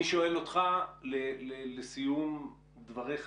אני שואל אותך לסיום דבריך,